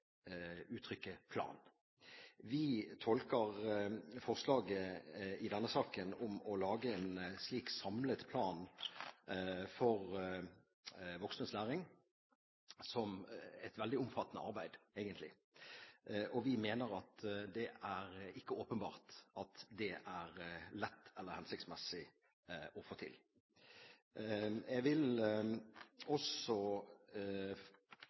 Vi tolker egentlig forslaget i denne saken om å lage en slik samlet plan for voksnes læring som et veldig omfattende arbeid, og vi mener at det ikke er åpenbart at det er lett eller hensiktsmessig å få til. Jeg vil også